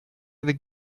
avec